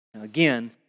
Again